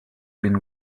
been